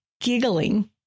giggling